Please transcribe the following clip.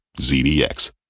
ZDX